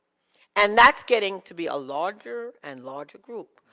and that's getting to be a larger and larger group.